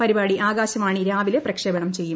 പരിപാടി ആകാശവാണി രാവിലെ പ്രക്ഷേപണം ചെയ്യും